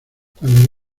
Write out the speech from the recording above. cuando